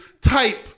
type